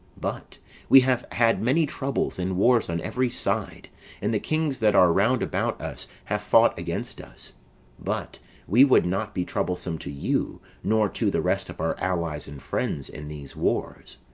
but we have had many troubles and wars on every side and the kings that are round about us have fought against us but we would not be troublesome to you, nor to the rest of our allies and friends, in these wars.